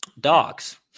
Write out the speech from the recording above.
dogs